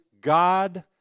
God